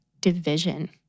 division